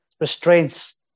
restraints